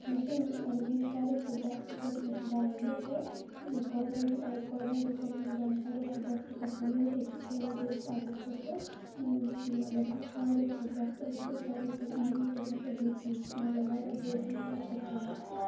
مےٚ چھِ مطلب یہِ چھُ ساروٕے کھۄتہٕ بیسٹہٕ کوسچن چھُ بَنان یِہے کاڈِنیٹر ایز کاڈِنیٹر کوسچن چھُ بَنان سٲروٕے کھۄتہٕ بیسٹ کوسچن یِہے أکِس کینڈِدیٹَس اَگر پرٛژھو یہِ چھُ مطلب ساروٕے کھۄتہٕ بہتر گژھان ساروٕے کھۄتہٕ ایزی تہِ گژھان بیٚیہِ چھُ یہِ مطلب واریاہ بوٚڑ اِمپیکٹ کران